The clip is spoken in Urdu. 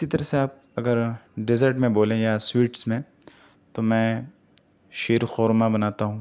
اسی طرح سے آپ اگر ڈیزٹ میں بولیں یا سویٹس میں تو میں شیرخورمہ بناتا ہوں